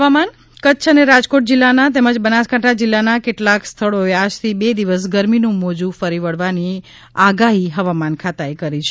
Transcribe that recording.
હવામાન કચ્છ અને રાજકોટ જિલ્લાના તેમજ બનાસકાંઠા જિલ્લાના કેટલાક સ્થળોએ આજથી બે દિવસ ગરમીનું મોજું ફરી વળવાની આગાહી હવામાન ખાતાએ કરી છે